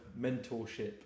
mentorship